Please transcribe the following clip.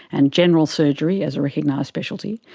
and general surgery as a recognised speciality,